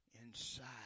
inside